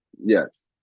yes